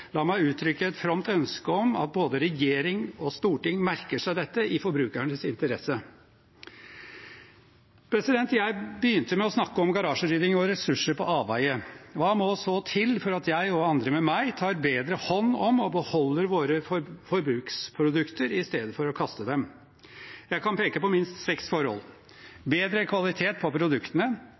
La meg uttrykke et fromt ønske om at både regjering og storting merker seg dette, i forbrukernes interesse. Jeg begynte med å snakke om garasjerydding og ressurser på avveier. Hva må så til for at jeg, og andre med meg, tar bedre hånd om og beholder våre forbruksprodukter istedenfor å kaste dem? Jeg kan peke på minst seks forhold: bedre kvalitet på produktene,